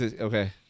Okay